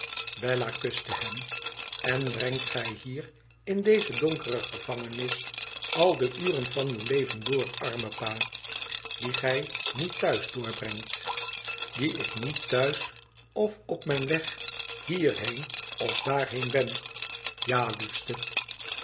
bella kuste hem t en brengt gij hier in deze donkere gevangenis al de uren van uw leven door arme pa die gij niet thuis doorbrengt die ik niet thuis of op mijn weg hierheen of daarheen ben ja liefste